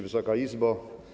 Wysoka Izbo!